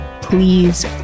please